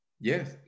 Yes